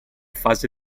fase